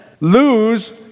lose